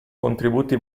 contributi